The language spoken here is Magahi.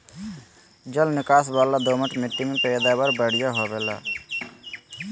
जल निकास वला दोमट मिट्टी में पैदावार बढ़िया होवई हई